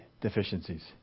deficiencies